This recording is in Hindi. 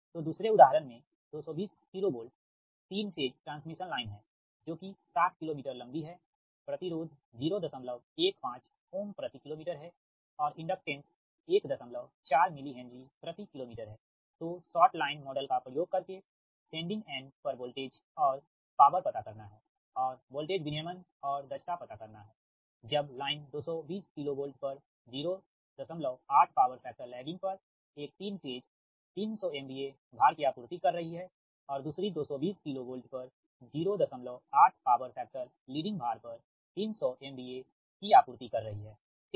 तोदूसरे उदाहरण में 220 KV तीन फेज ट्रांसमिशन लाइन है जो कि 60 किलोमीटर लंबी हैप्रतिरोध 015 ओमΩ प्रति किलोमीटर है और इंडक्टेंस 14 मिली हेनरी प्रति किलोमीटर हैतो शॉर्ट लाइन मॉडल का प्रयोग करके सेंडिंग एंड पर वोल्टेज और पावर पता करना है और वोल्टेज विनियमन और दक्षता पता करना है जब लाइन 220 KV पर 08 पॉवर फैक्टर लैगिंग पर एक तीन फेज 300 MVA भार की आपूर्ति कर रही है और दूसरी 220 KV पर 08 पॉवर फैक्टर लीडिंग भार पर 300 MVA की आपूर्ति कर रही हैठीक